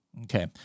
Okay